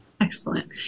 Excellent